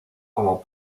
como